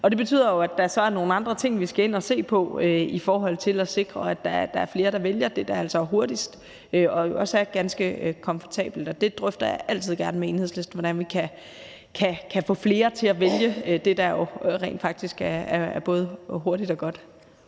og det betyder jo så, at der er nogle andre ting, vi skal ind at se på i forhold til at sikre, at der er flere, der vælger det, der altså er hurtigst, og som jo også er ganske komfortabelt. Og jeg drøfter altid gerne med Enhedslisten, hvordan vi kan få flere til at vælge det, der jo rent faktisk er både hurtigt og godt.